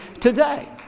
today